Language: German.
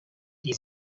die